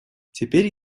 теперь